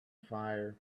fire